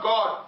God